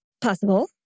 Possible